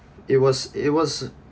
it was it was